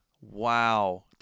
wow